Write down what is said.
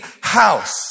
house